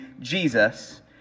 Jesus